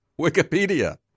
Wikipedia